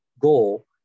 goal